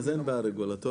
אז אין בעיה רגולטורית.